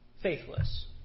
faithless